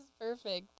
perfect